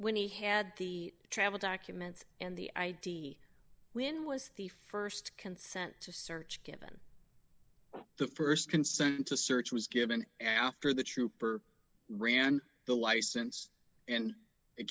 when he had the travel documents and the i d when was the st consent to search given the st consent to search was given after the trooper ran the license and it